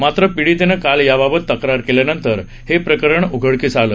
मात्र पिडीतेनं काल याबाबत तक्रार केल्यानंतर हे प्रकरण उघडकीला आलं